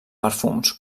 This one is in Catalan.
perfums